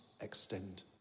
extend